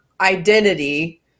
identity